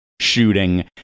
shooting